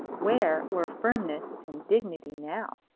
where were firmness and dignity now?